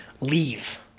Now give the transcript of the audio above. leave